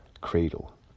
Cradle